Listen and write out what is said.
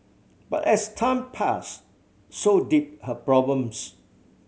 but as time passed so did her problems